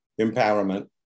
Empowerment